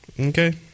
Okay